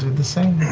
the same.